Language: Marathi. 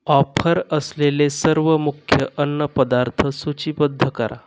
ऑफर असलेले सर्व मुख्य अन्नपदार्थ सूचीबद्ध करा